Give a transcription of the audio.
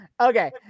Okay